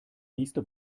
nächste